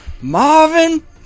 Marvin